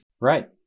Right